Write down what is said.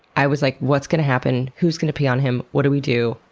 i was like, what's going to happen? who's going to pee on him? what do we do?